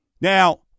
Now